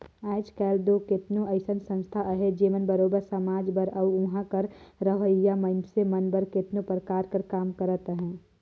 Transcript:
आएज काएल दो केतनो अइसन संस्था अहें जेमन बरोबेर समाज बर अउ उहां कर रहोइया मइनसे मन बर केतनो परकार कर काम करत अहें